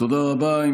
תודה רבה.